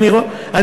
שלי,